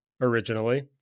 originally